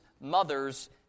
mother's